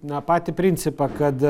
na patį principą kad